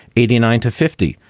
eighty nine to fifty.